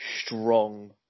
strong